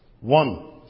one